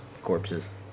corpses